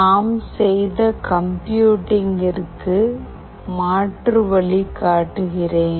நாம் செய்த கம்ப்யூட்டிங்கிற்கு மாற்று வழி காட்டுகிறேன்